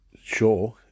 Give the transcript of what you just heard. Sure